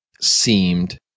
seemed